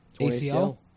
ACL